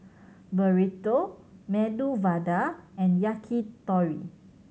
Burrito Medu Vada and Yakitori